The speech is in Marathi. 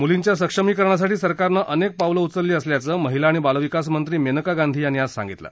मुलींच्या सक्षमीकरणासाठी सरकारनं अनेक पावलं उचलली असल्याचं महिला आणि बालविकास मंत्री मेनका गांधी यांनी आज सांगितलं